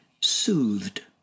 soothed